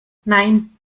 nein